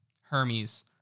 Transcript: Hermes